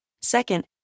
Second